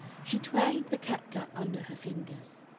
she twanged the catgut under her fingers.